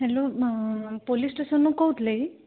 hello ମା police ଷ୍ଟେସନ୍ରୁ କହୁଥିଲେ କି